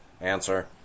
answer